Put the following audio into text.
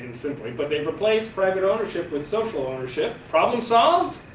and simply, but they replaced private ownership and social ownership, problem solved?